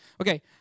Okay